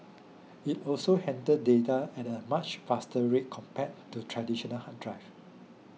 it also handled data at a much faster rate compared to traditional hard drive